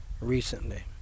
recently